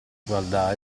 guardare